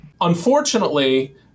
Unfortunately